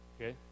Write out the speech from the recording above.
Okay